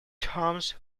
terms